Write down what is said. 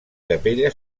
capella